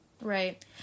Right